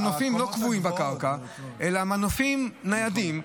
מנופים לא קבועים בקרקע אלא מנופים ניידים,